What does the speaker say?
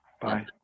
Bye